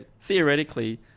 theoretically